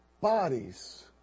bodies